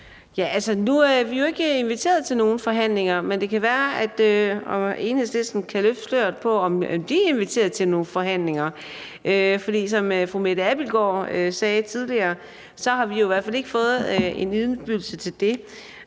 er vi jo ikke inviteret til nogen forhandlinger, men det kan være, at Enhedslisten kan løfte sløret for, om de er inviteret til nogle forhandlinger. For som fru Mette Abildgaard sagde tidligere, har vi jo i hvert fald ikke fået en indbydelse til det.